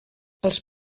als